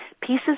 Pieces